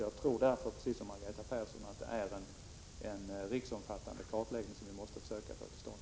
Jag tror därför, precis som Margareta Persson, att | det är en riksomfattande kartläggning vi måste försöka att få till stånd.